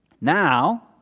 Now